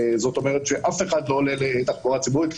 זאת אומרת שאף אחד לא עולה לתחבורה ציבורית,